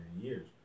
years